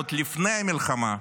עוד לפני המלחמה,